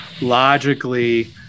logically